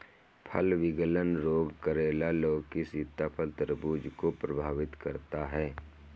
फल विगलन रोग करेला, लौकी, सीताफल, तरबूज को प्रभावित करता है